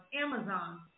Amazon